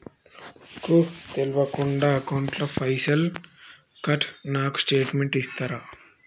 నాకు తెల్వకుండా నా అకౌంట్ ల పైసల్ కట్ అయినై నాకు స్టేటుమెంట్ ఇస్తరా?